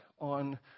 on